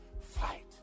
fight